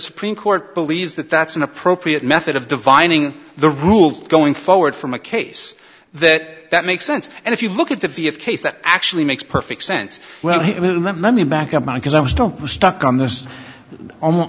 supreme court believes that that's an appropriate method of dividing the rules going forward from a case that that makes sense and if you look at the view of case that actually makes perfect sense well let me back up now because i'm still stuck on this almost